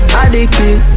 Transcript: addicted